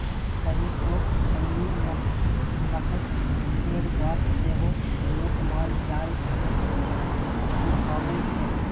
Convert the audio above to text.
सरिसोक खल्ली, मकझ केर गाछ सेहो लोक माल जाल केँ खुआबै छै